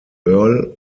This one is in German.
earl